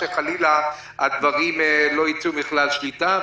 שחלילה הדברים לא ייצאו מכלל שליטה.